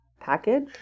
package